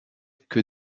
que